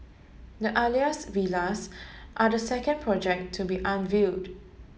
the Alias Villas are the second project to be unveiled